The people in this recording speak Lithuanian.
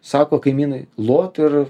sako kaimynai lot ir